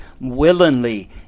willingly